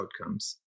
outcomes